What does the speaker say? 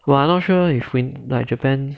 well I'm not sure if we like japan